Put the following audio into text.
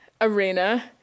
arena